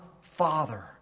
Father